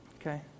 okay